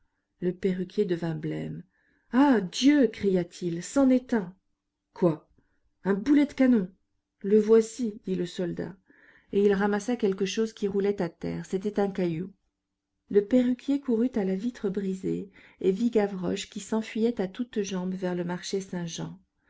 le perruquier devint blême ah dieu cria-t-il c'en est un quoi un boulet de canon le voici dit le soldat et il ramassa quelque chose qui roulait à terre c'était un caillou le perruquier courut à la vitre brisée et vit gavroche qui s'enfuyait à toutes jambes vers le marché saint-jean